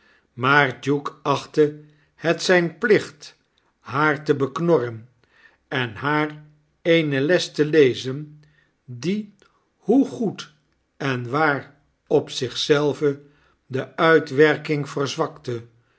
maar duke achtte p phcht haar te beknorren en haar eene irfezen die hoe goed en waar op zich zelve parking verzwakte